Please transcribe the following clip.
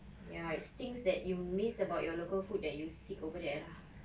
ya it's things that you miss about your local food that you seek over there lah